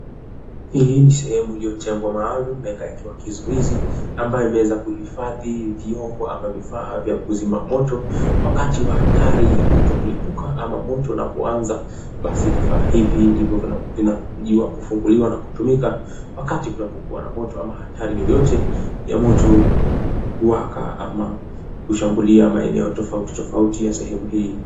Hii ni sehemu iliyotengwa maalumu na ikawekewa kizuizi ambayo imeweza kuhifadhi vyombo ama vifaa vya kuzima moto. Wakati wa hatari ya moto kulipuka ama moto unapoanza, basi vifaa hivi ndivyo vinavyokujiwa kufunguliwa na kutumika wakati tunapokuwa na moto ama hatari yoyote ya moto kuwaka ama kushambulia maeneo tofauti tofauti ya sehemu hii.